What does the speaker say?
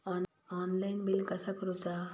Online bill कसा करुचा?